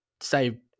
say